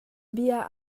bia